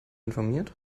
informiert